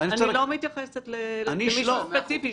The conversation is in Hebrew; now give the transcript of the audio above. אני לא מתייחסת למישהו ספציפי.